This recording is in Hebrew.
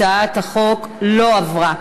הצעת החוק לא עברה.